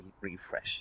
refresh